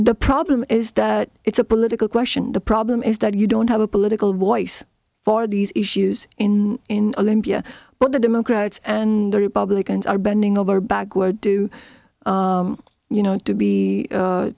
the problem is that it's a political question the problem is that you don't have a political voice for these issues in olympia but the democrats and the republicans are bending over backward do you know to be